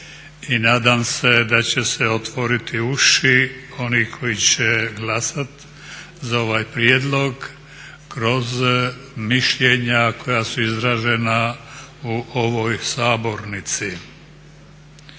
i nadam se da će se otvoriti uši onih koji će glasat za ovaj prijedlog kroz mišljenja koja su izražena u ovoj sabornici.